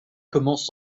commence